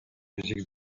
musique